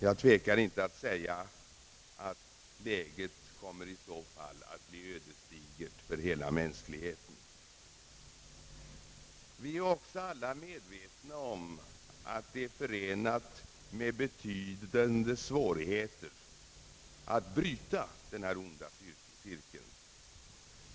Jag tvekar inte att säga att läget i så fall kommer att bli ödesdigert för hela mänskligheten. Vi är också alla medvetna om att det är förenat med betydande svårigheter att bryta denna onda cirkel.